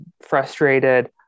frustrated